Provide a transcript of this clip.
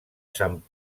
sant